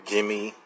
Jimmy